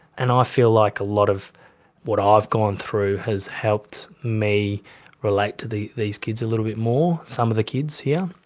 and i feel like a lot of what i've gone through has helped me relate to these kids a little bit more, some of the kids here.